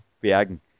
Bergen